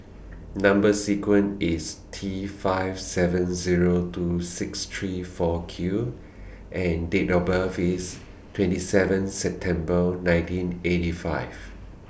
Number sequence IS T five seven Zero two six three four Q and Date of birth IS twenty seven September nineteen eighty five